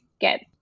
get